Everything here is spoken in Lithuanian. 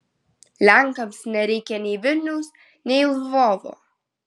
lenkams nereikia nei vilniaus nei lvovo